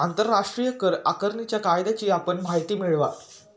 आंतरराष्ट्रीय कर आकारणीच्या कायद्याची आपण माहिती मिळवा